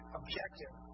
objective